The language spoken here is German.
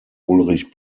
ulrich